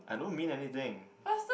I don't mean anything